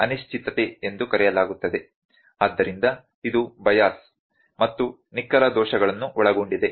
ಆದ್ದರಿಂದ ಇದು ಬೈಯಸ್ ಮತ್ತು ನಿಖರ ದೋಷಗಳನ್ನು ಒಳಗೊಂಡಿದೆ